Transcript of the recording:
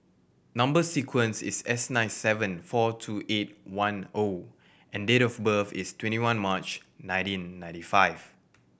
number sequence is S nine seven four two eight one O and date of birth is twenty one March nineteen ninety five